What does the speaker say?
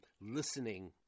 listening